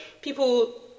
people